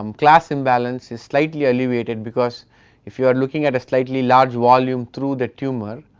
um class imbalance is slightly elevated because if you are looking at a slightly large volume through the tumour,